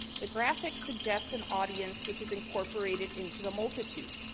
the graphics suggest an audience which is incorporated into the multitude,